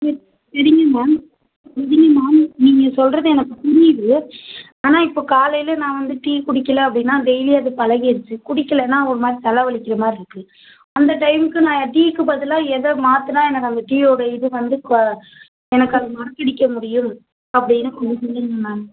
சரி சரிங்க மேம் சரிங்க மேம் நீங்கள் சொல்கிறது எனக்கு புரியுது ஆனால் இப்போ காலையில் நான் வந்து டீ குடிக்கலை அப்படின்னா டெய்லியும் அது பழகிடுச்சு குடிக்கலைன்னா ஒரு மாதிரி தலை வலிக்கிற மாதிரியிருக்கு அந்த டைமுக்கு நான் டீக்கு பதிலாக எதை மாற்றுன்னா எனக்கு அந்த டீயோட இது வந்து எனக்கு அதை மறக்கடிக்க முடியும் அப்படின்னு கொஞ்சம் சொல்லுங்க மேம்